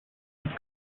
with